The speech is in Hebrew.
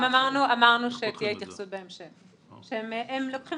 הונפקו על ידי חברות כרטיסי האשראי - הם לא הכתובת